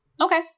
Okay